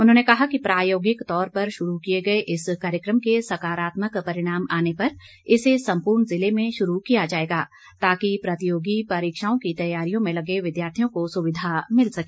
उन्होंने कहा कि प्रायोगिक तौर पर शुरू किए गए इस कार्यक्रम के सकारात्मक परिणाम आने पर इसे संपूर्ण जिले में शुरू किया जाएगा ताकि प्रतियोगी परीक्षाओं की तैयारियों में लगे विद्यार्थियों को सुविधा मिल सके